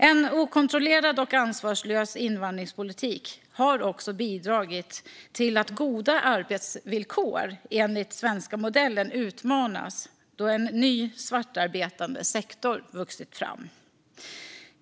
En okontrollerad och ansvarslös invandringspolitik har också bidragit till att goda arbetsvillkor enligt den svenska modellen utmanas då en ny svartarbetande sektor vuxit fram.